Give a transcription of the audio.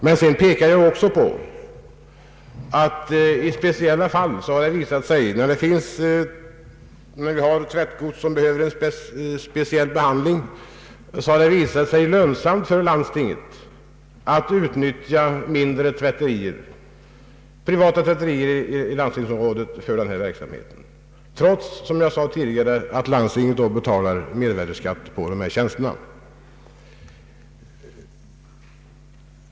Sedan påpekar jag också att det i särskilda fall när det gäller tvättgods som behöver speciell behandling har visat sig lönsamt för landstinget att utnyttja mindre, privata tvätterier inom landstingsområdet, trots att landstinget då betalar mervärdeskatt för arbetet i fråga.